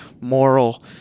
moral